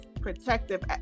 protective